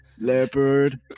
leopard